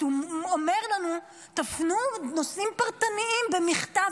אז הוא אומר לנו: תפנו נושאים פרטניים במכתב,